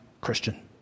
Christian